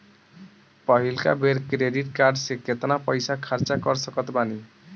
पहिलका बेर credit card से केतना पईसा खर्चा कर सकत बानी?